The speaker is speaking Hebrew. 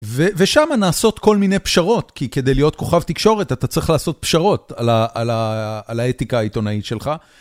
ושם נעשות כל מיני פשרות, כי כדי להיות כוכב תקשורת אתה צריך לעשות פשרות על האתיקה העיתונאית שלך.